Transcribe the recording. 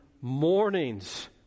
mornings